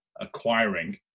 acquiring